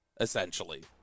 essentially